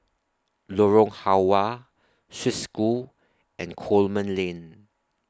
Lorong Halwa Swiss School and Coleman Lane